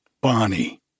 Bonnie